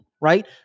right